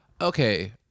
okay